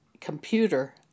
computer